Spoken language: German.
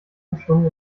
umschlungen